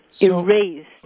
erased